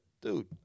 dude